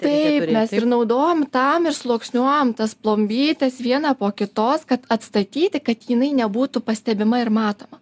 taip mes ir naudojam tam ir sluoksniuojam tas plumbytes vieną po kitos kad atstatyti kad jinai nebūtų pastebima ir matoma